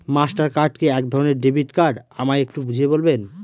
Master card কি একধরণের debit card আমায় একটু বুঝিয়ে বলবেন?